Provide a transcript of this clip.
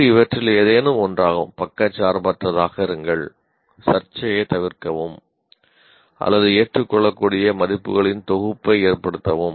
இது இவற்றில் ஏதேனும் ஒன்றாகும் பக்கச்சார்பற்றதாக இருங்கள் சர்ச்சையைத் தவிர்க்கவும் அல்லது ஏற்றுக்கொள்ளக்கூடிய மதிப்புகளின் தொகுப்பை ஏற்படுத்தவும்